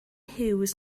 hughes